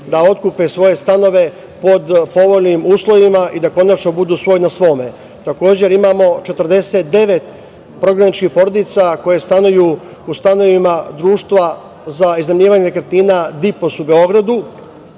da otkupe svoje stanove po povoljnim uslovima i da konačno budu svoj na svome. Takođe imamo 49 prognanih porodica koje stanuju u stanovima Društva za iznajmljivanje nekretnina DIPOS u Beogradu.